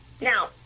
Now